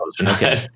okay